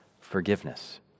forgiveness